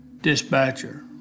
Dispatcher